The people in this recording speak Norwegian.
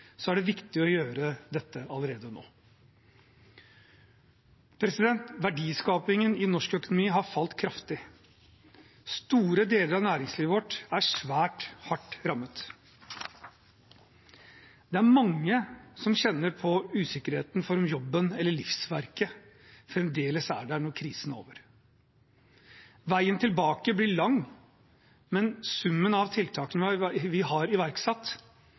er det viktig å gjøre dette allerede nå. Verdiskapingen i norsk økonomi har falt kraftig. Store deler av næringslivet vårt er svært hardt rammet. Det er mange som kjenner på usikkerheten for om jobben eller livsverket fremdeles er der når krisen er over. Veien tilbake blir lang, men summen av tiltakene vi har iverksatt,